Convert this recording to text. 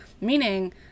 Meaning